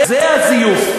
זה הזיוף.